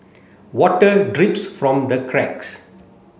water drips from the cracks